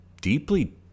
deeply